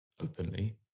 openly